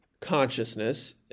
consciousness